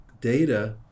data